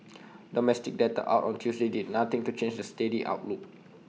domestic data out on Tuesday did nothing to change the steady outlook